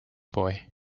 boy